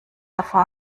davor